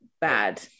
bad